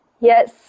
Yes